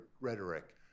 rhetoric